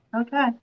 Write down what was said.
Okay